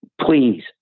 Please